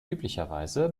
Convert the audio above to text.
üblicherweise